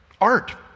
art